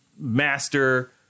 master